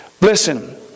Listen